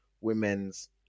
Women's